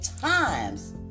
times